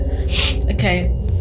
Okay